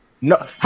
No